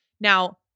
Now